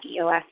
EOS